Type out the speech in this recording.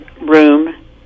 room